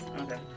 okay